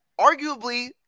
arguably